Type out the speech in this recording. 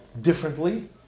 differently